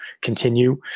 continue